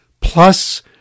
Plus